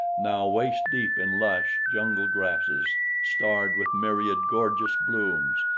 now waist-deep in lush, jungle grasses starred with myriad gorgeous blooms,